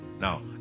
Now